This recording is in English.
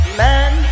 man